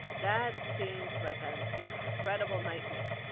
that seems like an incredible nightmare.